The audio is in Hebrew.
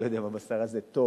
אני לא יודע אם הבשר הזה טוב,